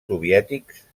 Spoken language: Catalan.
soviètics